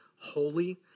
holy